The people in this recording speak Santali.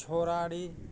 ᱪᱷᱳᱨᱟᱰᱤ